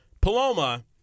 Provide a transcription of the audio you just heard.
Paloma